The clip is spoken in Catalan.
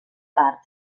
part